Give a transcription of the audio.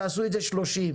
תעשו את זה 30,